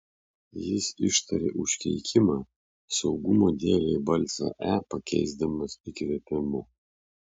jis ištarė užkeikimą saugumo dėlei balsę e pakeisdamas įkvėpimu